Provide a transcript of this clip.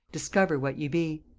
discover what ye be.